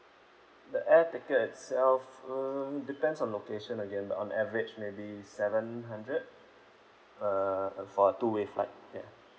the air ticket itself um depends on location again on average maybe seven hundred uh for a two way flight ya